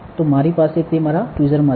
તો મારી પાસે તે મારા ટ્વીઝરમાં છે